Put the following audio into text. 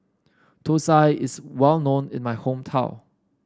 Thosai is well known in my hometown